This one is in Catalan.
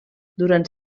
durant